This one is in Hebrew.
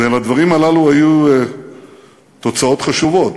ולדברים הללו היו תוצאות חשובות,